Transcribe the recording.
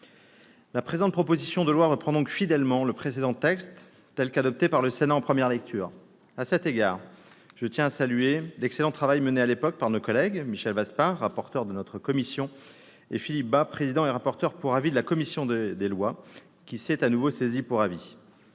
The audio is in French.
La présente proposition de loi reprend donc fidèlement le précédent texte tel qu'adopté par le Sénat en première lecture. À cet égard, je tiens à saluer l'excellent travail mené à l'époque par nos collègues Michel Vaspart, rapporteur de notre commission, et Philippe Bas, président et rapporteur pour avis de la commission des lois, qui s'est à nouveau saisie pour avis.